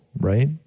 right